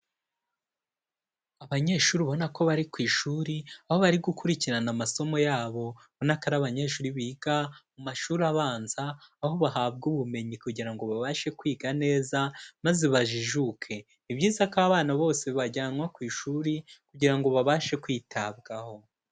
Abanyeshuri ubona ko bari ku ishuri aho bari gukurikirana amasomo yabo, ubona ko ari abanyeshuri biga mu mashuri abanza aho bahabwa ubumenyi kugira ngo babashe kwiga neza maze bajijuke, ni byiza ko abana bose bajyanwa ku ishuri kugira ngo babashe kwitabwaho.